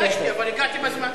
ביקשתי, אבל הגעתי בזמן.